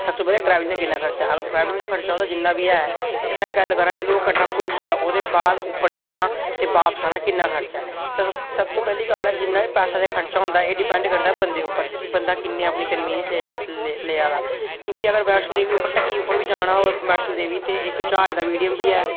ते सब तू पैह्लें ओह्दा ट्रैवलिंग दा खर्चा जिन्ना बी ऐ ते में गल्ल करां जैलूं ओह् कटरा पुज्जी गेआ ते ओह्दे बाद उप्पर जाना ते बापस औना किन्ना खर्चा ऐ ते सब तू पैह्ली गल्ल ऐ की किन्ना खर्चा होंदा ऐ एह् डिपैंड करदा बंदे उप्पर कि बंदा किन्नी अपनी कंवीऐंस लेआ दा ते क्योंकि उप्पर जाना होऐ ढक्की उप्पर इक्क ज्हाज दा मीडियम बी ऐ